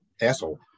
asshole